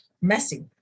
messy